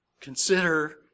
consider